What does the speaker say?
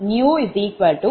5 0